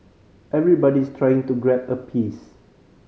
everybody's trying to grab a piece